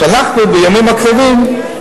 שאנחנו בימים הקרובים,